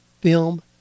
film